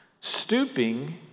Stooping